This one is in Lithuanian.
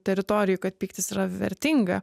teritorijoj kad pyktis yra vertinga